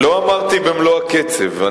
לא אמרתי "במלוא הקצב".